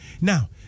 Now